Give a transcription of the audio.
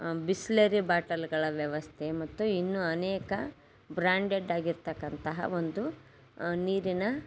ಬಿಸ್ಲೆರಿ ಬಾಟಲ್ಗಳ ವ್ಯವಸ್ಥೆ ಮತ್ತು ಇನ್ನೂ ಅನೇಕ ಬ್ರ್ಯಾಂಡೆಡ್ ಆಗಿರತಕ್ಕಂತಹ ಒಂದು ನೀರಿನ